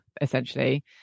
essentially